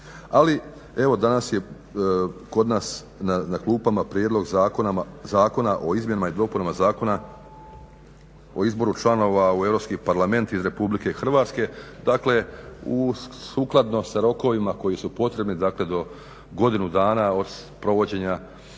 Ali evo danas je kod nas na klupama Prijedlog zakona o izmjenama i dopunama Zakona o izboru članova u Europski parlament iz Republike Hrvatske. Dakle sukladno sa rokovima koji su potrebni, dakle do godinu dana od sprovođenja